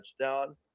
touchdown